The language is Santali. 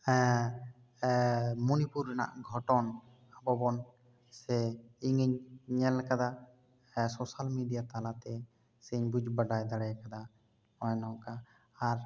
ᱢᱚᱱᱤᱯᱩᱨ ᱨᱮᱭᱟᱜ ᱜᱷᱚᱴᱚᱱ ᱠᱚᱵᱚᱱ ᱥᱮ ᱤᱧᱤᱧ ᱧᱮᱞ ᱟᱠᱟᱫᱟ ᱥᱚᱥᱟᱞ ᱢᱤᱰᱤᱭᱟ ᱛᱟᱞᱟ ᱛᱮ ᱥᱮᱧ ᱵᱩᱡᱽ ᱵᱟᱰᱟᱭ ᱫᱟᱲᱮᱭᱟ ᱠᱟᱫᱟ ᱚᱱᱮ ᱱᱚᱝᱠᱟ ᱟᱨ